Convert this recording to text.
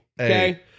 okay